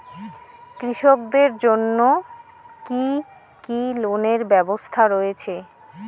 কৃষকদের জন্য কি কি লোনের ব্যবস্থা রয়েছে?